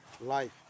life